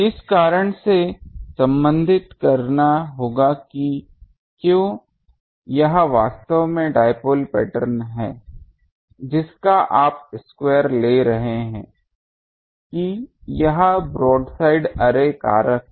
इस कारण से संबंधित करना होगा कि क्यों यह वास्तव में डाइपोल पैटर्न है जिसका आप स्क्वायर ले रहे है कि यह ब्रोडसाइड अर्रे कारक है